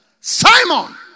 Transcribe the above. Simon